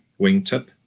wingtip